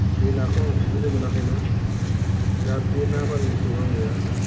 बे नाखौ आं हमफेरनो मोनाखैमोन दा बे ना बारलिखौ आङो